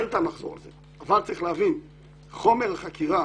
אין טעם לחזור על זה, אבל צריך להבין שחומר החקירה